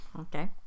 Okay